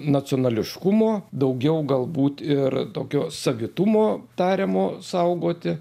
nacionališkumo daugiau galbūt ir tokio savitumo tariamo saugoti